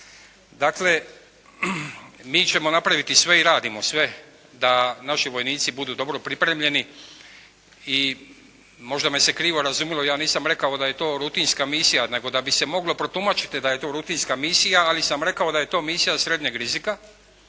Dakle, mi ćemo napraviti sve i radimo sve da naši vojnici budu dobro pripremljeni. I možda me se krivo razumjelo, ja nisam rekao da je to rutinska misija, nego da bi se moglo protumačiti da je to rutinska misija, ali sam rekao da je to misija srednjeg rizika.